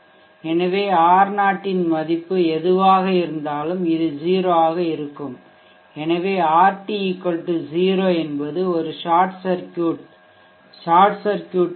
எனவே R0 இன் மதிப்பு எதுவாக இருந்தாலும் இது 0 ஆக இருக்கும் எனவே RT 0 என்பது ஒரு ஷார்ட் சர்க்யூட் ஐ பி